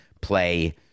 play